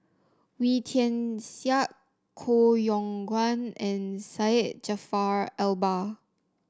Wee Tian Siak Koh Yong Guan and Syed Jaafar Albar